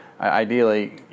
Ideally